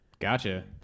Gotcha